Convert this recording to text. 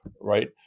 right